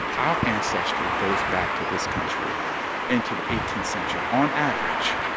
our ancestry goes back to this country into the eighteenth century on average.